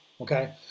Okay